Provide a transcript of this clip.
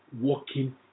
working